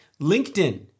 LinkedIn